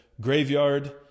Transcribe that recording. graveyard